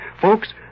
Folks